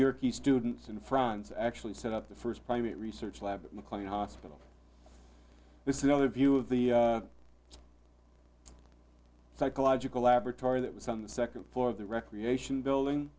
your students in france actually set up the first primate research lab at mclean hospital this is another view of the psychological laboratory that was on the second floor of the recreation building